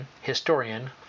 historian